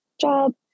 job